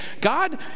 God